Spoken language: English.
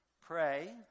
Pray